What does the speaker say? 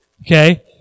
Okay